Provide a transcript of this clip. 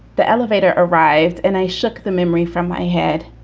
the elevator arrived and i shook the memory from my head.